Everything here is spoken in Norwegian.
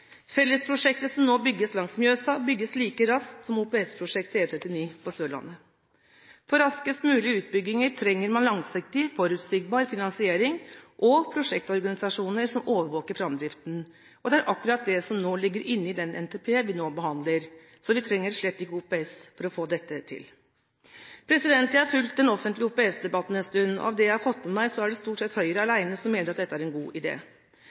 Fellesprosjektet som nå bygges langs Mjøsa, bygges like raskt som OPS-prosjektet E39 på Sørlandet. For raskest mulige utbygginger trenger man langsiktig, forutsigbar finansiering og prosjektorganisasjoner som overvåker framdriften. Og det er akkurat det som ligger inne i den NTP vi nå behandler, så vi trenger slett ikke OPS for å få dette til. Jeg har fulgt den offentlige OPS-debatten en stund, og av det jeg har fått med meg, er Høyre stort sett alene om å mene at dette er en god